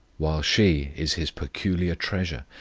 while she is his peculiar treasure,